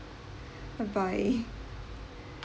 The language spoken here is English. bye bye